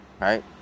right